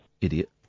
Idiot